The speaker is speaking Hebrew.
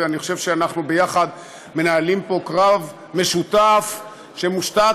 ואני חושב שאנחנו יחד מנהלים פה קרב משותף שמושתת